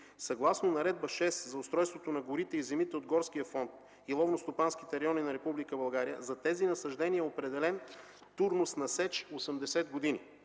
Съгласно Наредба № 6 за устройството на горите и земите от горския фонд и ловностопанските райони на Република България, за тези насаждения е определен турнус на сеч 80 години.